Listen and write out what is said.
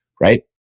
right